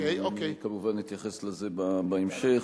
אני כמובן אתייחס לזה בהמשך.